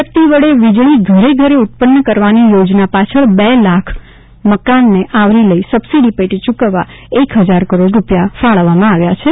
સૂર્યશક્તિ વડે વીજળી ઘરેઘરે ઉત્પન્ન કરવાની યોજના પાછળ બે લાખ મકાનને આવરી લઇ સબસીડી પેટે ચૂકવવા એક હજાર કરોડ રૂપિયા ફાળવવામાં આવ્યા છે